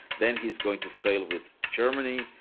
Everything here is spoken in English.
then he's going to fail with germany,